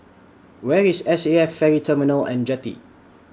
Where IS S A F Ferry Terminal and Jetty